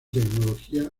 tecnología